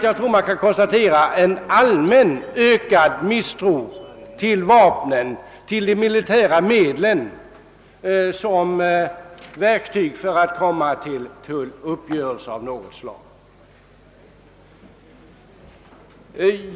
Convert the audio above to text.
Jag tror att man kan konstatera en allmänt ökad misstro till vapnen och andra militära medel som verktyg för att komma till uppgörelser av något slag.